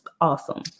awesome